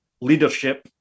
leadership